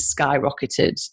skyrocketed